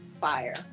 fire